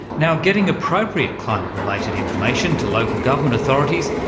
now getting appropriate climate-related information to local government authorities,